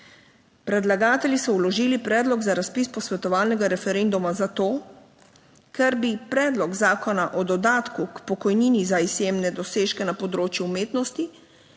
Predlagatelji so vložili predlog za razpis posvetovalnega referenduma zato, ker bi predlog zakona o dodatku k pokojnini za izjemne dosežke na področju umetnosti